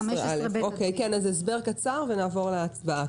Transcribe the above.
בסדר, הסבר קצר ונעבור להצבעה.